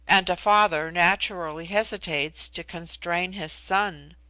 and a father naturally hesitates to constrain his son.